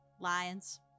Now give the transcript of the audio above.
Lions